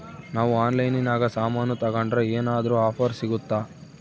ನಾವು ಆನ್ಲೈನಿನಾಗ ಸಾಮಾನು ತಗಂಡ್ರ ಏನಾದ್ರೂ ಆಫರ್ ಸಿಗುತ್ತಾ?